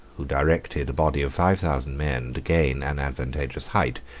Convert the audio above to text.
who directed a body of five thousand men to gain an advantageous height,